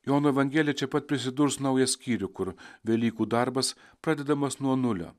jono evangelija čia pat prisidurs naują skyrių kur velykų darbas pradedamas nuo nulio